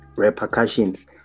repercussions